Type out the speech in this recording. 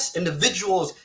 individuals